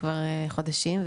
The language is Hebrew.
כבר חודשים,